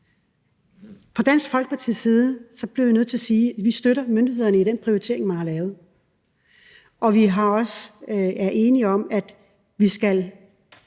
Fra Dansk Folkepartis side bliver vi nødt til at sige, at vi støtter myndighederne i den prioritering, man har lavet, og vi er enige om, at vi skal